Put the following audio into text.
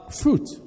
fruit